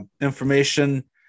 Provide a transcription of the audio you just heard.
information